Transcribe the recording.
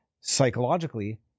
psychologically